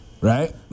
Right